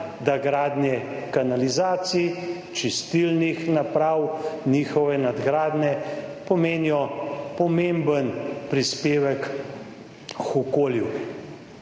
da gradnje kanalizacij, čistilnih naprav, njihove nadgradnje pomenijo pomemben prispevek k okolju.